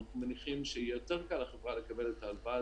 אנחנו מניחים שיהיה יותר קל לחברה לקבל את ההלוואה